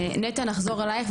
נטע, נחזור אלייך.